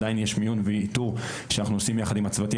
עדיין יש מיון ואיתור שאנחנו עושים יחד עם הצוותים